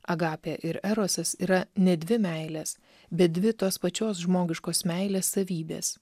agapė ir erosas yra ne dvi meilės bet dvi tos pačios žmogiškos meilės savybės